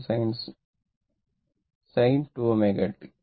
അതിനാൽ sin 2 ω t